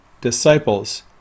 disciples